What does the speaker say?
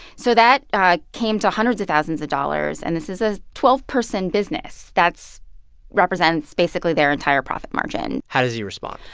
so that ah came to hundreds of thousands of dollars. and this is a twelve person business. that represents basically their entire profit margin how did he respond?